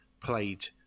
played